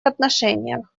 отношениях